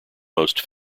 most